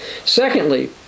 Secondly